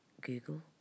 Google